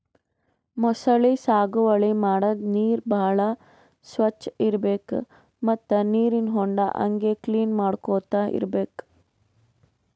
ಮೊಸಳಿ ಸಾಗುವಳಿ ಮಾಡದ್ದ್ ನೀರ್ ಭಾಳ್ ಸ್ವಚ್ಚ್ ಇರ್ಬೆಕ್ ಮತ್ತ್ ನೀರಿನ್ ಹೊಂಡಾ ಹಂಗೆ ಕ್ಲೀನ್ ಮಾಡ್ಕೊತ್ ಇರ್ಬೆಕ್